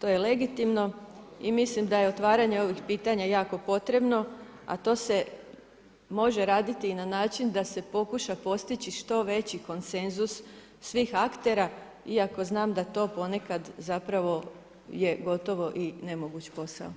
to je legitimno i mislim da je otvaranje ovih pitanja jako potrebno, a to se može raditi i na način da se pokuša postići što veći konsenzus svih aktera iako znam da to ponekad zapravo je gotovo i nemoguć posao.